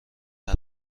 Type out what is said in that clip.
حرف